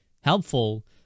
helpful